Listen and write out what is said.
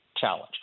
challenge